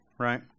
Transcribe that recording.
right